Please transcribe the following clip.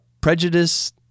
prejudice